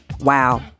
wow